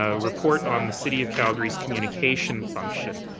ah report on the city of calgary's communication function.